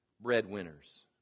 breadwinners